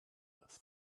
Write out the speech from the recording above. earth